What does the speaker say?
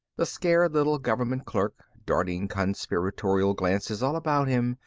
the scared little government clerk, darting conspiratorial glances all about him,